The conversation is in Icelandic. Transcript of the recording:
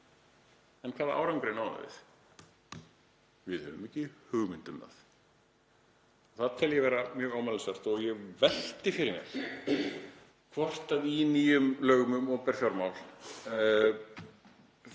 Hvaða árangri náðuð þið? Við höfum ekki hugmynd um það. Það tel ég vera mjög ámælisvert. Ég velti fyrir mér hvort í nýjum lögum um opinber fjármál